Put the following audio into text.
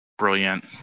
brilliant